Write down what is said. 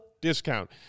discount